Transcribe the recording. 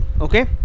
Okay